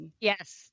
Yes